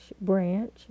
branch